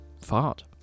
fart